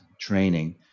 training